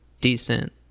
decent